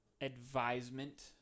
advisement